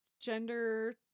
gender